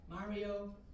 Mario